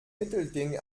mittelding